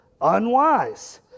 unwise